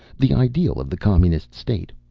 the ideal of the communist state.